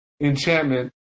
enchantment